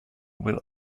will